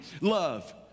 love